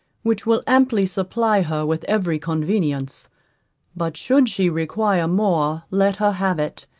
which will amply supply her with every convenience but should she require more, let her have it,